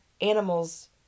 animals